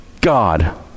God